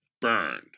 burned